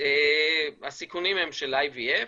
הסיכונים הם של IVF,